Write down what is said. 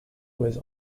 with